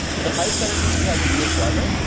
the five currencies are the us dollar,